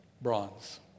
Bronze